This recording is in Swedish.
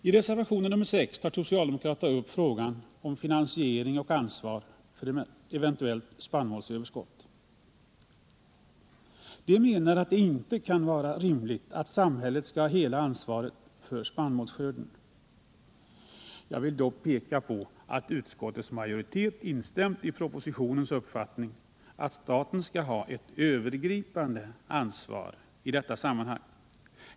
I reservationen 6 tar socialdemokraterna upp frågan om finansiering av och ansvar för eventuellt spannmålsöverskott. De menar att det inte kan vara rimligt att samhället skall ha hela ansvaret för spannmålsskörden. Jag vill därför peka på att utskottets majoritet instämt i propositionens uppfattning att staten skall ha ett övergripande ansvar i detta sammanhang.